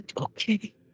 okay